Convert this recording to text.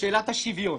שאלת השוויון.